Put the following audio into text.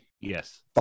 Yes